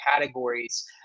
categories